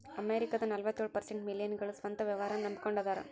ಅಮೆರಿಕದ ನಲವತ್ಯೊಳ ಪರ್ಸೆಂಟ್ ಮಿಲೇನಿಯಲ್ಗಳ ಸ್ವಂತ ವ್ಯವಹಾರನ್ನ ನಂಬಕೊಂಡ ಅದಾರ